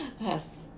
yes